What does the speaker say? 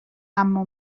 اما